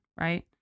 right